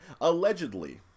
Allegedly